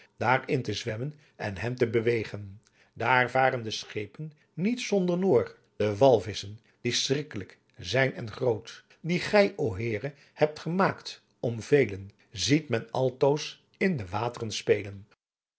daer in te fwemmen en hen te bewegen daer vaeren de schepen niet sonder noor de walvisschen die schrieklick sijn en groot die gy o heere hebt gemaeckt om velen ziet men altoos in de wateren spelen